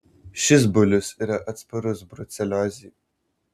šis bulius yra atsparus bruceliozei